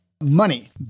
Money